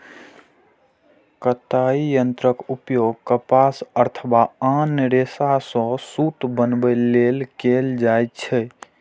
कताइ यंत्रक उपयोग कपास अथवा आन रेशा सं सूत बनबै लेल कैल जाइ छै